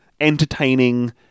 entertaining